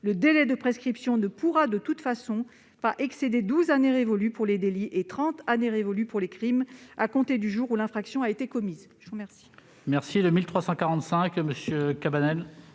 le délai de prescription ne pourra, de toute façon, pas excéder douze années révolues pour les délits et trente années révolues pour les crimes, à compter du jour où l'infraction a été commise. Les deux